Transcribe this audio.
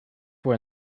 were